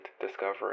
discovery